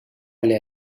alle